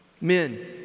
Men